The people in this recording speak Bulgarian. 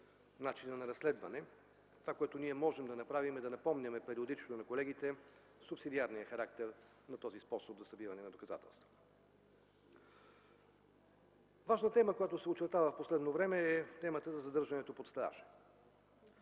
начина на разследване. Това, което можем да направим, е да напомняме периодично на колегите субсидиарния характер на този способ за събиране на доказателства. Важна тема, която се очертава в последно време, е темата за задържането под стража.